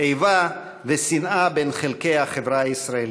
איבה ושנאה בין חלקי החברה הישראלית.